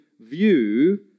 view